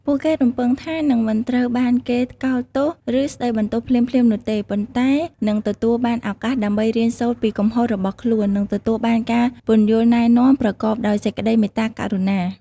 ពួកគេរំពឹងថានឹងមិនត្រូវបានគេថ្កោលទោស ឬស្ដីបន្ទោសភ្លាមៗនោះទេ ប៉ុន្តែនឹងទទួលបានឱកាសដើម្បីរៀនសូត្រពីកំហុសរបស់ខ្លួន និងទទួលបានការពន្យល់ណែនាំប្រកបដោយសេចក្ដីមេត្តាករុណា។